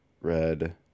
Red